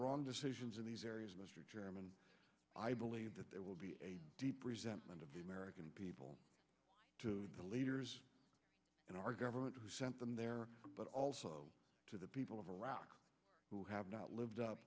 wrong decisions in these areas mr chairman i believe that there will be a deep resentment of the american people to the leaders in our government who sent them there but also to the people of iraq who have not lived up